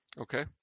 Okay